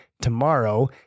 tomorrow